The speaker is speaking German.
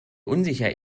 unsicher